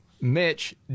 Mitch